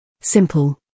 Simple